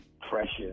precious